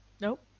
Nope